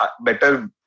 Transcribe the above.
better